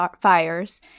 fires